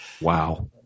Wow